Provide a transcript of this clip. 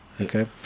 okay